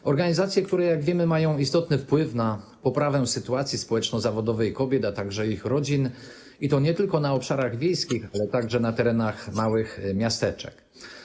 To organizacje, które, jak wiemy, mają istotny wpływ na poprawę sytuacji społeczno-zawodowej kobiet, a także ich rodzin, i to nie tylko na obszarach wiejskich, ale także na terenach małych miasteczek.